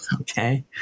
okay